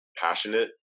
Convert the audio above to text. passionate